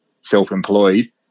self-employed